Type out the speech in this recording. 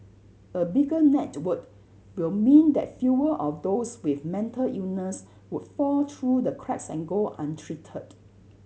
a bigger net word will mean that fewer of those with mental illness would fall through the cracks and go untreated